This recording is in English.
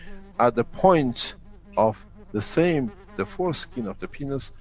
at the point of the same, the foreskin of the penis,